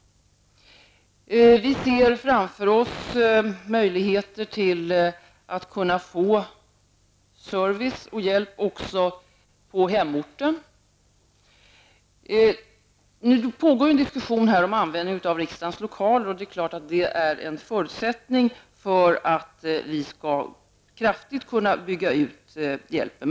Vi ser framför oss möjligheten att kunna få service och hjälp också på hemorten. Det pågår en diskussion om användningen av riksdagens lokaler, och det är självfallet en förutsättning om vi skall kunna bygga ut hjälpen kraftigt.